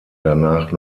danach